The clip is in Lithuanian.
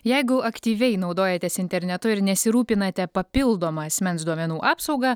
jeigu aktyviai naudojatės internetu ir nesirūpinate papildoma asmens duomenų apsauga